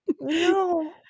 No